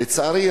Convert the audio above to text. לצערי,